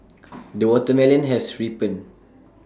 the watermelon has ripened